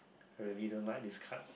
I really don't like this card